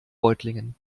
reutlingen